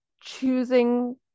choosing